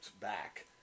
back